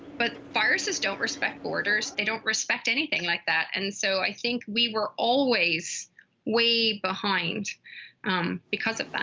but viruses don't respect borders. they don't respect anything like that, and so i think we were always way behind because of that.